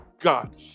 God